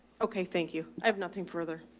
okay. thank you. i have nothing further.